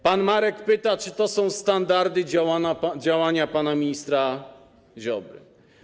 Pan Marek pyta, czy to są standardy działania pana ministra Ziobry.